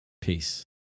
Peace